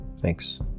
Thanks